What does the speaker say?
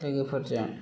लोगोफोरजों